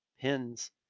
pins